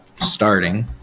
starting